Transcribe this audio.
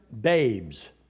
babes